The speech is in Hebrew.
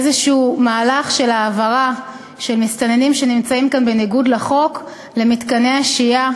איזה מהלך של העברה של מסתננים שנמצאים כאן בניגוד לחוק למתקני השהייה,